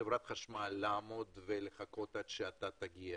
לחברת חשמל לחכות עד שאתה תגיע,